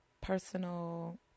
personal